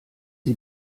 sie